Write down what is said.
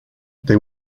they